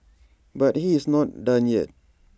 but he is not done yet